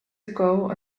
ago